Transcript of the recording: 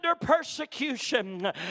persecution